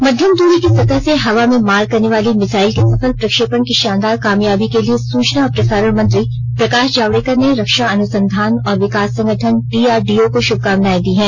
मध्यम दूरी की सतह से हवा में मार करने वाली मिसाइल के सफल प्रक्षेपण की शानदार कामयाबी के लिए सूचना और प्रसारण मंत्री प्रकाश जावडेकर ने रक्षा अनुसंधान और विकास संगठन डीआरंडीओ को शुभकामनाएं दी हैं